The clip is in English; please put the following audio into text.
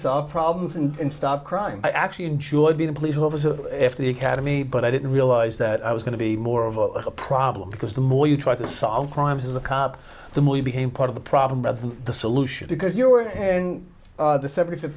solve problems and stop crime i actually enjoyed being a police officer after the academy but i didn't realize that i was going to be more of a problem because the more you try to solve crimes as a cop the movie became part of the problem rather than the solution because you were in the seventy fifth